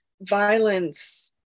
violence